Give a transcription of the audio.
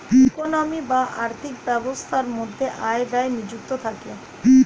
economy বা আর্থিক ব্যবস্থার মধ্যে আয় ব্যয় নিযুক্ত থাকে